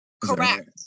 Correct